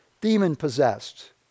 demon-possessed